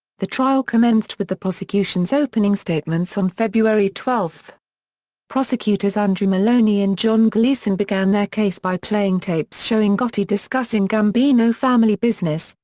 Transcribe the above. the trial commenced with the prosecution's opening statements on february twelve prosecutors andrew maloney and john gleeson began their case by playing tapes showing gotti discussing gambino family business,